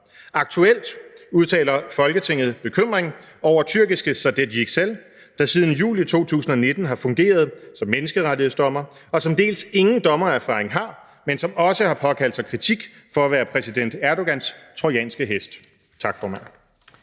Aktuelt udtaler Folketinget bekymring over tyrkiske Saadet Yüksel, der siden juli 2019 har fungeret som menneskerettighedsdommer, og som dels ingen dommererfaring har, dels har påkaldt sig kritik for at være præsident Erdogans »trojanske hest««. (Forslag